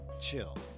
Chill